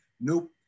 nope